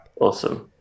awesome